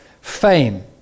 fame